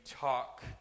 talk